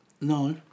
No